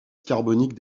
carbonique